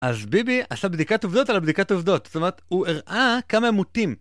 אז ביבי עשה בדיקת עובדות על הבדיקת עובדות, זאת אומרת הוא הראה כמה עמותים